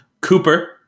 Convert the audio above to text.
Cooper